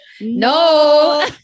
No